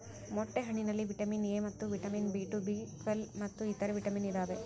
ಮೊಟ್ಟೆ ಹಣ್ಣಿನಲ್ಲಿ vitamin A ಮತ್ತು ಬಿ ಟು ಬಿ ಟ್ವೇಲ್ವ್ ಮತ್ತು ಇತರೆ ವಿಟಾಮಿನ್ ಇದಾವೆ